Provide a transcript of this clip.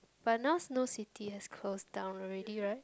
but now Snow City has closed down already right